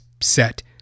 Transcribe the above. set